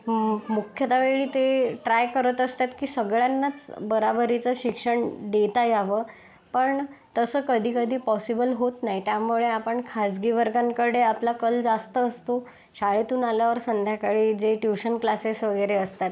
म् मुख्यत वेळी ते ट्राय करत असतात की सगळ्यांनाच बराबरीचं शिक्षण देता यावं पण तसं कधी कधी पॉसिबल होत नाही त्यामुळे आपण खाजगी वर्गांकडे आपला कल जास्त असतो शाळेतून आल्यावर संध्याकाळी जे ट्युशन क्लासेस वगैरे असतात